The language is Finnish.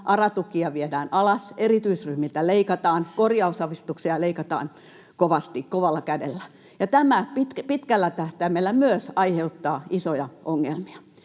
ARA-tukia viedään alas, erityisryhmiltä leikataan, korjausavustuksia leikataan kovasti, kovalla kädellä, ja tämä pitkällä tähtäimellä myös aiheuttaa isoja ongelmia.